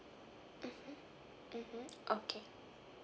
mmhmm mmhmm okay